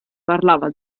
parlava